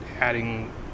adding